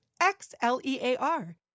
X-L-E-A-R